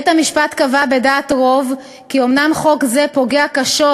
בית-המשפט קבע בדעת רוב כי אומנם חוק זה פוגע קשות